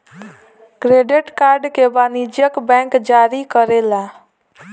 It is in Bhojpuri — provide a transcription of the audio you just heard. क्रेडिट कार्ड के वाणिजयक बैंक जारी करेला